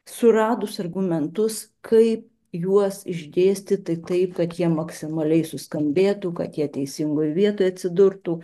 suradus argumentus kaip juos išdėstyti taip kad jie maksimaliai suskambėtų kad jie teisingoj vietoj atsidurtų